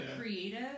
creative